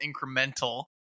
incremental